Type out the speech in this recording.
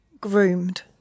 groomed